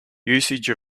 usage